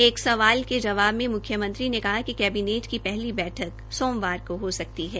एक सवाल के जवाब में म्ख्यमंत्री ने कहा कि कैबिनेट की पहली बैठक सोमवार को हो सकती है